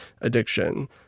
addiction